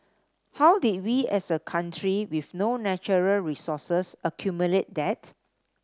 how did we as a country with no natural resources accumulate that